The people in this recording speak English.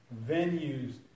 venues